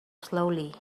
slowly